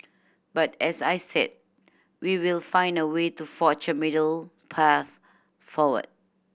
but as I said we will find a way to forge a middle path forward